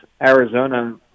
Arizona